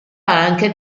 anche